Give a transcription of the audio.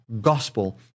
gospel